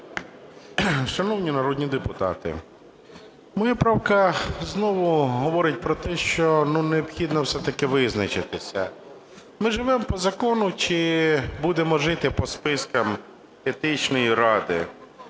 Шановні народні депутати, моя правка знову говорить про те, що необхідно все-таки визначитися: ми живемо по закону чи будемо жити по спискам Етичної ради?